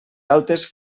altes